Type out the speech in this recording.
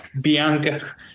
Bianca